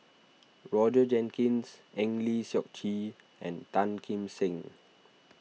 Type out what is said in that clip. Roger Jenkins Eng Lee Seok Chee and Tan Kim Seng